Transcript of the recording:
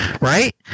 right